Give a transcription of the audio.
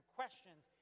questions